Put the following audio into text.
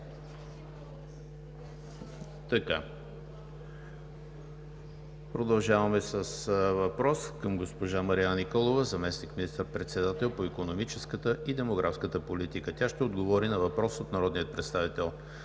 Продължаваме с въпрос към госпожа Мариана Николова – заместник министър-председател по икономическата и демографската политика. Тя ще отговори на въпрос от народния представител